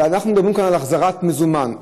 שאנחנו מדברים כאן על החזרת מזומן.